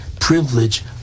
privilege